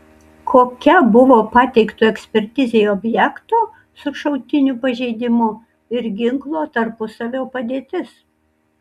kokia buvo pateikto ekspertizei objekto su šautiniu pažeidimu ir ginklo tarpusavio padėtis